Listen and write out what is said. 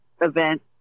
event